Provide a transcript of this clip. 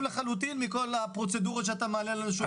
לחלוטין מכל הפרוצדורות שאתה מעלה לנו על השולחן.